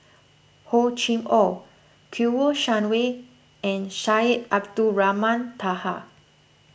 Hor Chim or Kouo Shang Wei and Syed Abdulrahman Taha